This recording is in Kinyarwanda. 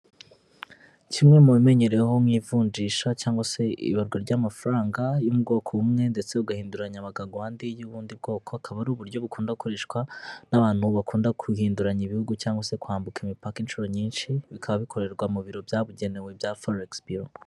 Kimwe mu bimenyereweho mu ivunjisha cyangwa se ibarwa ry'amafaranga yo mu bwoko bumwe ndetse ugahinduranya bakaguha andi y'ubundi bwoko, akaba ari uburyo bukunda gukoreshwa n'abantu bakunda guhinduranya ibihugu cyangwa se kwambuka imipaka inshuro nyinshi, bikaba bikorerwa mu biro byabugenewe bya foregisi biro.